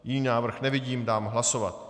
Jiný návrh nevidím, dám hlasovat.